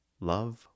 love